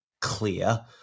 clear